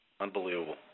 unbelievable